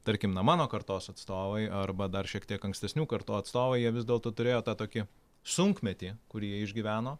tarkim na mano kartos atstovai arba dar šiek tiek ankstesnių kartų atstovai jie vis dėlto turėjo tą tokį sunkmetį kurį jie išgyveno